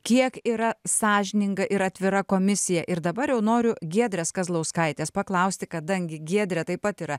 kiek yra sąžininga ir atvira komisija ir dabar jau noriu giedrės kazlauskaitės paklausti kadangi giedrė taip pat yra